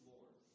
Lord